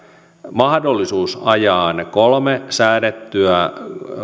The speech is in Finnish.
mahdollisuus ajaa ne kolme säädettyä